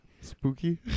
Spooky